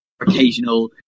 occasional